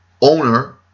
owner